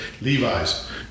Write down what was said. Levi's